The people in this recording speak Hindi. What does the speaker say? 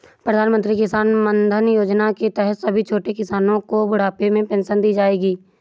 प्रधानमंत्री किसान मानधन योजना के तहत सभी छोटे किसानो को बुढ़ापे में पेंशन दी जाएगी